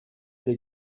dei